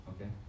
Okay